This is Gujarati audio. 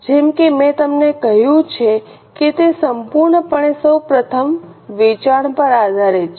જેમ કે મેં તમને કહ્યું છે કે તે સંપૂર્ણપણે સૌ પ્રથમ વેચાણ પર આધારિત છે